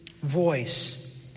voice